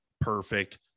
perfect